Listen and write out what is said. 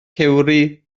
cewri